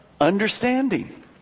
understanding